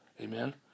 amen